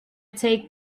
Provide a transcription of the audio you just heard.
take